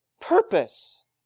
purpose